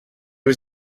was